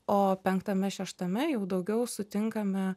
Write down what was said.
o penktame šeštame jau daugiau sutinkame